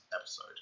episode